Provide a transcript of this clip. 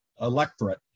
electorate